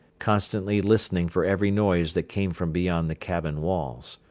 constantly listening for every noise that came from beyond the cabin walls.